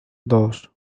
dos